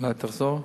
אולי תחזור?